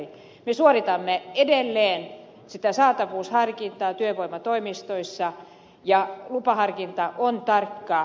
me suoritamme edelleen sitä saatavuusharkintaa työvoimatoimistoissa ja lupaharkinta on tarkkaa